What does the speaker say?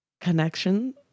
connection